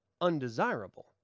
undesirable